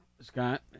Scott